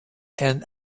and